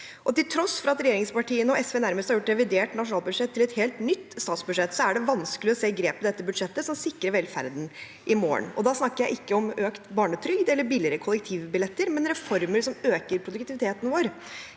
Til tross for at regjeringspartiene og SV nærmest har gjort revidert nasjonalbudsjett til et helt nytt statsbudsjett, er det vanskelig å se grep i dette budsjettet som sikrer velferden i morgen. Da snakker jeg ikke om økt barnetrygd eller billigere kollektivbilletter, men reformer som øker produktiviteten vår